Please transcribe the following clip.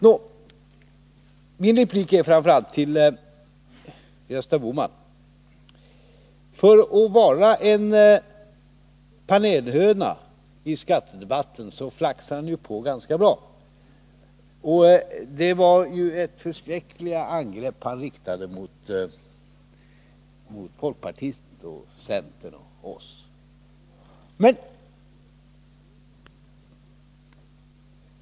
Nå, min replik är framför allt riktad till Gösta Bohman, som för att vara en panelhöna i skattedebatten flaxar på ganska bra. Det var förskräckliga angrepp han riktade mot folkpartister och centerpartister och mot oss.